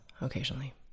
occasionally